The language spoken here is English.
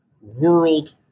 world